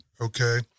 okay